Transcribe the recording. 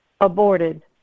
aborted